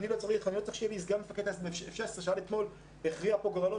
אני לא צריך שיהיה לי סגן מפקד עם 16F שעד אתמול הכריע פה גורלות